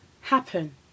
happen